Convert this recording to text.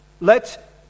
Let